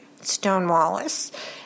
Stonewallis